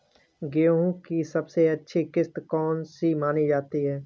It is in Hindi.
गेहूँ की सबसे अच्छी किश्त कौन सी मानी जाती है?